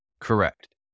Correct